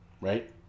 Right